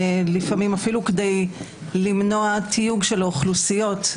לפעמים אפילו כדי למנוע תיוג של האוכלוסיות,